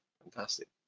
Fantastic